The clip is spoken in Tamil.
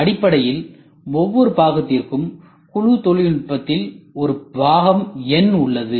அடிப்படையில் ஒவ்வொரு பாகத்திற்கும் குழு தொழில்நுட்பத்தில் ஒரு பாகம் எண் உள்ளது